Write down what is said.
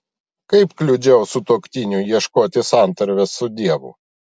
kaip kliudžiau sutuoktiniui ieškoti santarvės su dievu